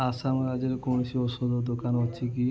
ଆସାମ ରାଜ୍ୟରେ କୌଣସି ଔଷଧ ଦୋକାନ ଅଛି କି